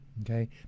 Okay